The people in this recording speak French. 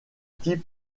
type